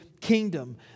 kingdom